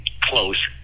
close